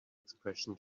expression